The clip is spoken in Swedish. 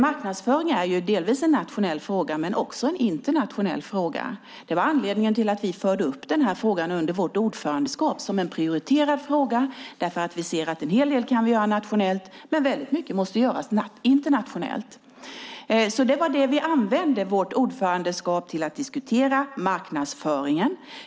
Marknadsföring är delvis en nationell fråga, men den är också en internationell fråga. Det var anledningen till att vi under vårt ordförandeskap förde upp den som en prioriterad fråga. Vi ser att vi kan göra en hel del nationellt, men mycket måste göras internationellt. Vi använde alltså vårt ordförandeskap till att diskutera marknadsföringen.